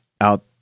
out